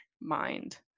mind